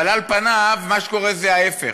אבל על פניו, מה שקורה זה ההפך.